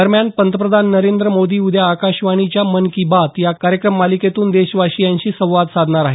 दरम्यान पंतप्रधान नरेंद्र मोदी उद्या आकाशवाणीच्या मन की बात या कार्यक्रम मालिकेतून देशवासियांशी संवाद साधणार आहेत